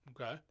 Okay